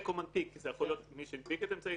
או מנפיק כי זה יכול להיות מי שהנפיק את אמצעי